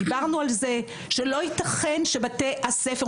דיברנו על זה שלא יתכן שבתי הספר,